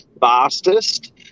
fastest